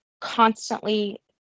constantly